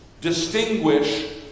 distinguish